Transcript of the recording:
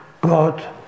God